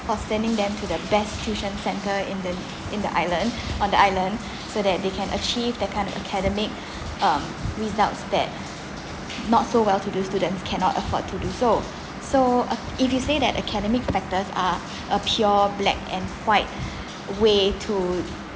or sending them to the best tuition center in the in the island on the island so that they can achieve that kind of academic um results that not so well to do student cannot afford to do so so uh if you say that academic factors are a pure black and white way to